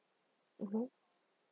mmhmm